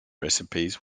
recipes